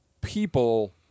people